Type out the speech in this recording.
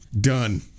Done